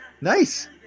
Nice